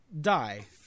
die